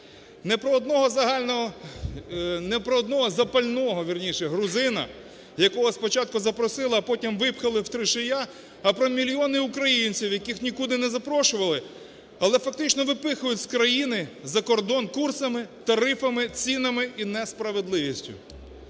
не про одного запального, вірніше, грузина, якого спочатку запросили, а потім випхали в три шия, а про мільйони українців, яких нікуди не запрошували, але фактично випихають з країни за кордон курсами, тарифами, цінами і несправедливістю.